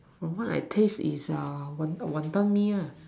from what I taste is uh wan~ Wanton-Mee ah